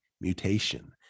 mutation